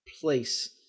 place